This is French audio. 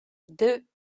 deux